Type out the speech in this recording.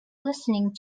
listening